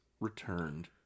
returned